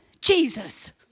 Jesus